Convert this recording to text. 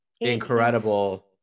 Incredible